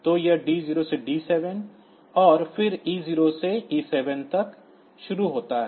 तो यह D0 से D7 और फिर E0 से E7 तक शुरू होता है